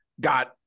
got